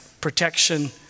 protection